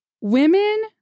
women